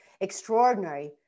extraordinary